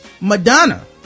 Madonna